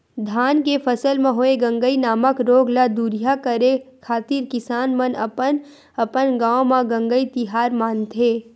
धान के फसल म होय गंगई नामक रोग ल दूरिहा करे खातिर किसान मन अपन अपन गांव म गंगई तिहार मानथे